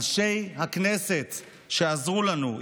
אנשי הכנסת שעזרו לנו,